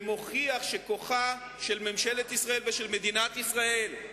שמוכיח שבכוחה של ממשלת ישראל ושל מדינת ישראל,